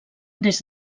des